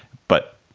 but.